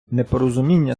непорозуміння